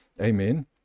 Amen